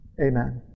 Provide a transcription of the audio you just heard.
Amen